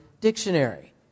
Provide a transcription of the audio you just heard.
Dictionary